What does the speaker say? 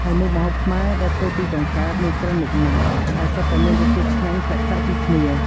ហើយមុខម្ហូបខ្មែរដែលធ្វើពីកង្កែបមានច្រើនមុខណាស់ ហើយសុទ្ធតែមានរសជាតិឆ្ងាញ់ប្លែកៗពីគ្នា។